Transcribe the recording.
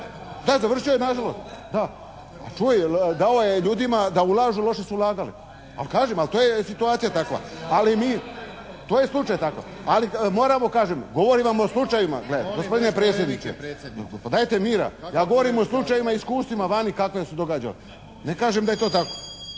…/Upadica se ne čuje./… Dao je ljudima da ulažu, loše su ulagali. Pa kažem, ali to je situacija takva. Ali mi, to je slučaj takav. Ali moramo kažem, govorimo o slučajevima, gle. Gospodine predsjedniče, pa dajte mira. Ja govorim o slučajevima i iskustvima vani kako se događaju. Ne kažem da je to tako.